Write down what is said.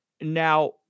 Now